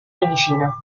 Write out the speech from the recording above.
medicina